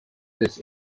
this